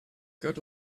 good